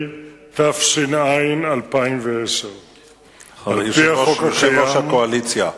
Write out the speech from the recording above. התש"ע 2010. יושב-ראש הקואליציה,